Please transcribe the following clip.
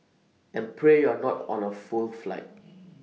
and pray you're not on A full flight